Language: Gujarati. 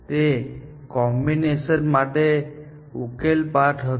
તે કોમ્બિનેશન માટેનો ઉકેલ પાથ હતો